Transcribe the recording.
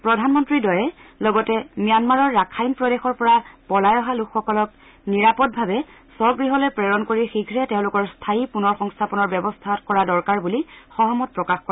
প্ৰধানমন্ত্ৰীদ্বয়ে লগতে ম্যানমাৰৰ ৰাখাইন প্ৰদেশৰ পৰা পলাই অহা লোকসকলক নিৰাপদভাৱে স্বগৃহলৈ প্ৰেৰণ কৰি শীঘ্ৰে তেওঁলোকৰ স্থায়ী পুনৰ সংস্থাপনৰ ব্যৱস্থা কৰা দৰকাৰ বুলি সহমত প্ৰকাশ কৰে